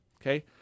okay